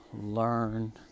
learn